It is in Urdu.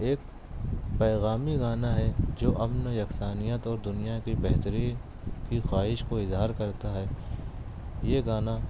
ایک پیغامی گانا ہے جو امن و یکسانیت اور دنیا کی بہتری کی خواہش کو اظہار کرتا ہے یہ گانا